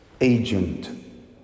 agent